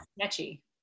sketchy